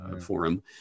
forum